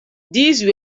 these